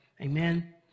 Amen